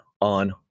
on